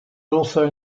also